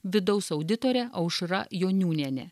vidaus auditorė aušra joniūnienė